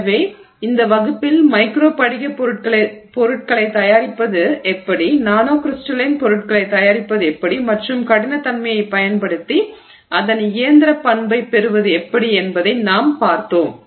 எனவே இந்த வகுப்பில் மைக்ரோ படிக பொருட்களை தயாரிப்பது எப்படி நானோ க்ரிஸ்டலைன் பொருட்களை தயாரிப்பது எப்படி மற்றும் கடினத்தன்மையைப் பயன்படுத்தி அதன் இயந்திரப் பண்பைப் பெறுவது எப்படி என்பதை நாம் பார்த்தோம்